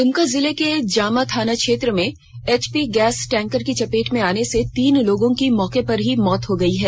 दुमका जिले के जामा थाना क्षेत्र में एचपी गैस टैंकर की चपेट में आने से तीन लोगों की मौके पर ही मौत हो गई है